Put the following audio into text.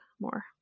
more